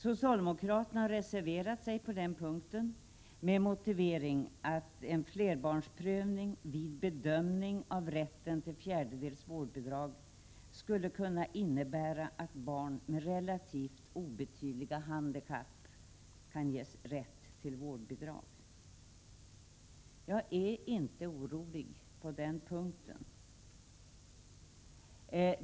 Socialdemokraterna har reserverat sig på den punkten med motivering att en flerbarnsprövning vid bedömning av rätten till fjärdedels vårdbidrag skulle kunna innebära att barn med relativt obetydliga handikapp kan ges rätt till vårdbidrag. Jag är inte orolig på den punkten.